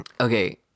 okay